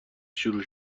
شروع